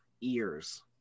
ears